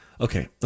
Okay